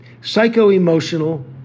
psycho-emotional